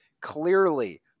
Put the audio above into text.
clearly